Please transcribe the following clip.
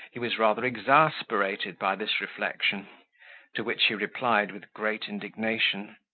he was rather exasperated by this reflection to which he replied with great indignation,